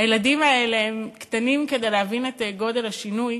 הילדים האלה הם קטנים מכדי להבין את גודל השינוי,